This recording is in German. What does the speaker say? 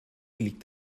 liegt